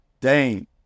Dane